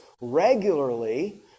regularly